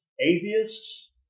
atheists